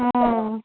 অ'